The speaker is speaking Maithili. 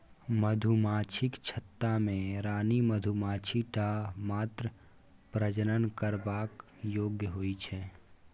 मधुमाछीक छत्ता मे रानी मधुमाछी टा मात्र प्रजनन करबाक योग्य होइ छै